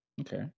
Okay